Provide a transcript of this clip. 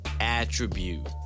Attribute